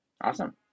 Awesome